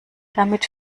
damit